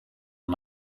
van